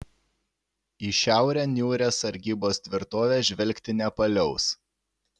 į šiaurę niūrią sargybos tvirtovė žvelgti nepaliaus